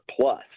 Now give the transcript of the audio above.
plus